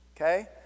okay